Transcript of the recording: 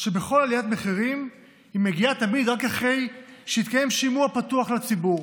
שכל עליית מחירים מגיעה תמיד רק אחרי שהתקיים שימוע פתוח לציבור.